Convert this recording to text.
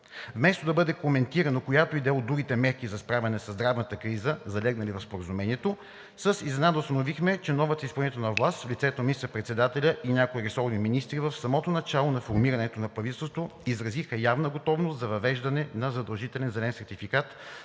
Вместо да бъде коментирано, която и да е от другите мерки за справяне със здравната криза, залегнали в Споразумението, с изненада установихме, че новата изпълнителна власт, в лицето на министър-председателя и някои ресорни министри, в самото начало на формирането на правителството изразиха явна готовност за въвеждане на задължителен зелен сертификат